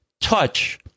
Touch